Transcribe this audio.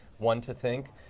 one, to think,